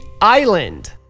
Island